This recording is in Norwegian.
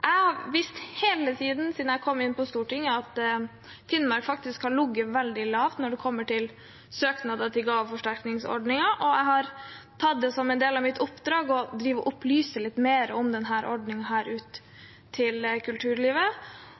Jeg har visst hele tiden siden jeg kom inn på Stortinget, at Finnmark har ligget veldig lavt når det kommer til søknader til gaveforsterkningsordningen, og har tatt det som en del av mitt oppdrag å opplyse litt mer om